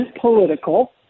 political